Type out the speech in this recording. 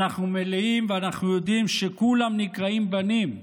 אנחנו מלאים ואנחנו יודעים שכולם נקראים בנים,